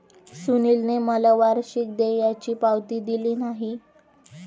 सुनीलने मला वार्षिक देयाची पावती दिली नाही